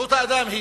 שזכות האדם היא